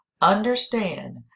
understand